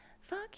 Fuck